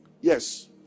Yes